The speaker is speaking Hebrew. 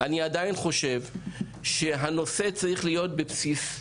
אני עדיין חושב שהנושא צריך להיות בבסיס,